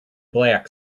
black